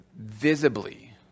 visibly